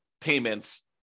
payments